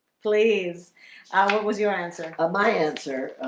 please what was your answer ah my answer?